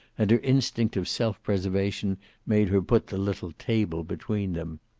and her instinct of self-preservation made her put the little table between them.